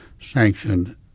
sanctioned